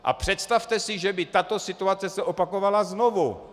A představte si, že by se tato situace opakovala znovu.